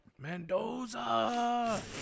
Mendoza